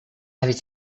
avait